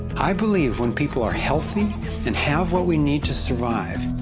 i believe when people are healthy and have what we need to survive,